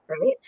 right